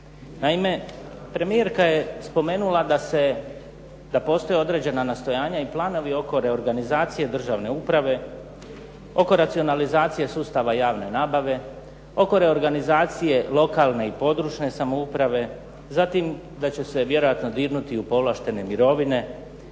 Naime, premijerka je spomenula da postoje određena nastojanja i planovi oko reorganizacije državne uprave, oko racionalizacije sustava javne nabave, oko reorganizacije lokalne i područne samouprave, zatim da će se vjerojatno dirnuti i u povlaštene mirovine,